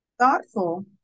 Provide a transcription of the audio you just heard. thoughtful